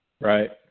Right